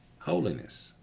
holiness